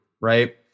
Right